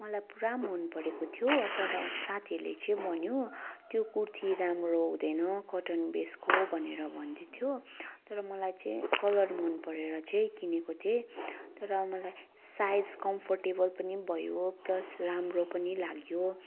मलाई पुरा मन परेको थियो तर साथीहरूले चाहिँ भन्यो त्यो कुर्ती राम्रो हुँदैन कटन बेसको भनेर भन्दैथ्यो तर मलाई चाहिँ कलर मन परेर चाहिँ किनेको थिएँ तर मलाई साइज कम्फोर्टेबल पनि भयो प्लस राम्रो पनि लाग्यो